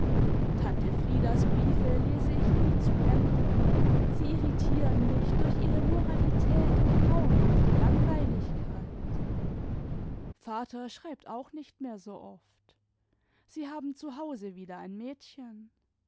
tante friedas briefe lese ich nie zu ende sie irritieren mich durch ihre moralität imd grauenhafte langweiligkeit vater schreibt auch nicht mehr so oft sie haben zu hause wieder ein mädchen